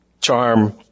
charm